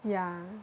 yeah